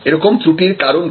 এ রকম ত্রুটির কারন কি